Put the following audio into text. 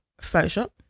Photoshop